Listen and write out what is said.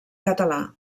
català